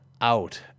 Out